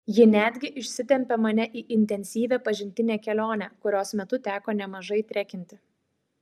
ji netgi išsitempė mane į intensyvią pažintinę kelionę kurios metu teko nemažai trekinti